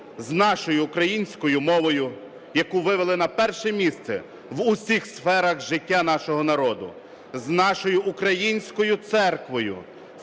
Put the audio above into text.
з нашою українською мовою, яку вивели на перше місце в усіх сферах життя нашого народу, з нашою українською церквою,